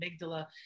amygdala